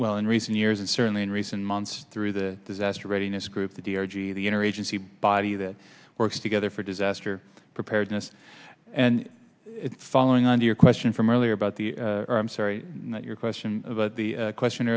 well in recent years and certainly in recent months through the disaster readiness group the d r g the inner agency body that works together for disaster preparedness and following on your question from earlier about the i'm sorry your question about the question